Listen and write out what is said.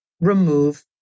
remove